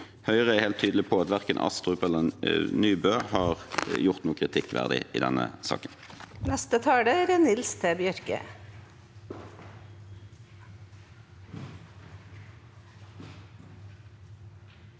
Høyre er helt tydelig på at verken Astrup eller Nybø har gjort noe kritikkverdig i denne saken. Nils T. Bjørke